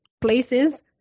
places